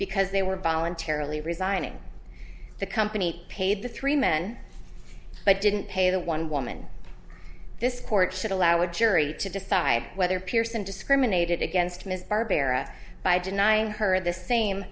because they were voluntarily resigning the company paid the three men but didn't pay the one woman this court should allow a jury to decide whether pearson discriminated against ms barbera by denying her the same